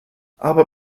aber